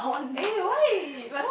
eh why must